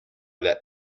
that